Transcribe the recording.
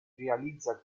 realizza